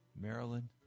Maryland